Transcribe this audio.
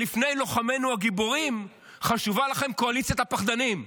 שלפני לוחמינו הגיבורים חשובה לכם קואליציית הפחדנים.